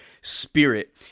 spirit